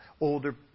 older